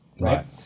right